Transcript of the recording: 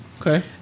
Okay